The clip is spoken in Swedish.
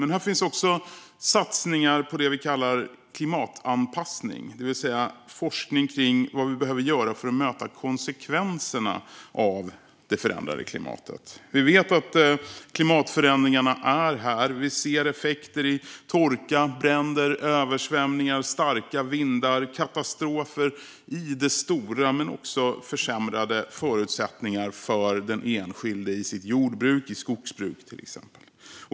Men här finns också satsningar på det vi kallar klimatanpassning, det vill säga forskning kring vad vi behöver göra för att möta konsekvenserna av det förändrade klimatet. Vi vet att klimatförändringarna är här. Vi ser effekter i form av torka, bränder, översvämningar, starka vindar, katastrofer i det stora men också försämrade förutsättningar för den enskilde i sitt jordbruk och skogsbruk.